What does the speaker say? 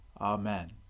Amen